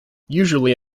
usually